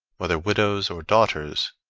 whether widows or daughters,